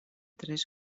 tres